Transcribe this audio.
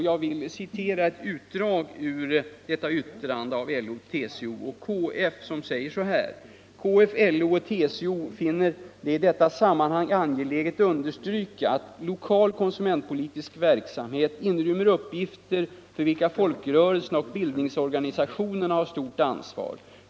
Jag vill citera ett utdrag ur detta yttrande av de tre organisationerna, där det heter: ”KF, LO och TCO finner det i detta sammanhang angeläget understryka att lokal konsumentpolitisk verksamhet inrymmer uppgifter för vilka folkrörelserna och bildningsorganisationerna har stort ansvar.